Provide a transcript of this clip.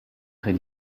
très